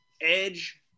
Edge